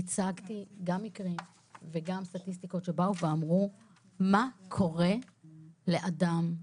הצגתי גם מקרים וגם סטטיסטיקות שבאו ואמרו מה קורה לאדם,